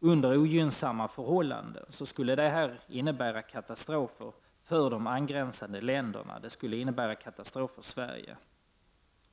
under ogynsamma förhållanden, skulle det innebära katastrofer för de angränsande länderna, bl.a. för Sverige.